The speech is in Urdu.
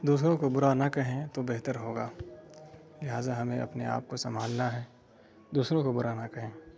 دوسروں کو برا نہ کہیں تو بہتر ہوگا لہٰذا ہمیں اپنے آپ کو سنبھالنا ہے دوسروں کو برا نہ کہیں